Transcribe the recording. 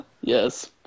Yes